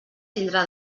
tindrà